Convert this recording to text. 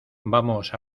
vamos